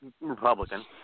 Republican